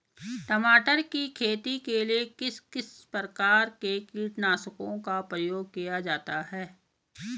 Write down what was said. टमाटर की खेती के लिए किस किस प्रकार के कीटनाशकों का प्रयोग किया जाता है?